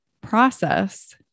process